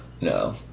No